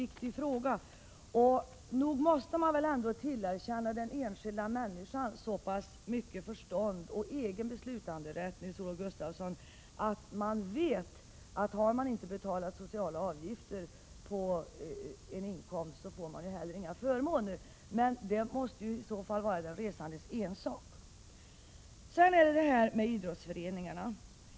Men, Nils-Olof Gustafsson, nog måste man väl ändå tillerkänna den enskilda människan så pass mycket förstånd och egen beslutanderätt att hon inser att om hon inte har betalt sociala avgifter på en inkomst så får hon inte heller några förmåner? Det måste i så fall vara den resandes ensak. Sedan till frågan om idrottsföreningarna.